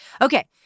Okay